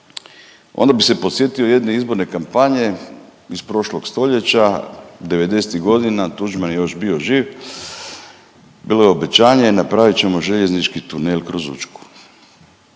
onda bi se podsjetio jedne izborne kampanje iz prošlog stoljeća devedesetih godina, Tuđman je još bio živ. Bilo je obećanje napravit ćemo željeznički tunel kroz Učku.